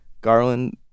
Garland